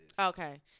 Okay